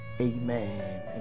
Amen